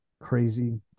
crazy